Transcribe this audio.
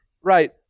Right